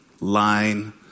line